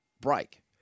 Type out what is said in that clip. break